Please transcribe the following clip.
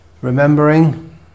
remembering